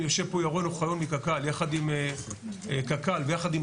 יושב פה ירון אוחיון מקק"ל יחד עם קק"ל ויחד עם